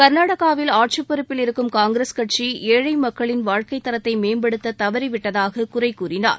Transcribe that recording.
கர்நாடகாவில் ஆட்சிப்பொறுப்பில் இருக்கும் காங்கிரஸ் கட்சி ஏழை மக்களின் வாழ்க்கை தரத்தை மேம்படுத்த தவறிவிட்டதாக குறை கூறினார்